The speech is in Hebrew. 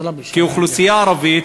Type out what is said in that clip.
כאוכלוסייה ערבית,